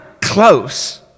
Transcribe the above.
Close